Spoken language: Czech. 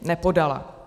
Nepodala.